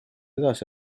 edasi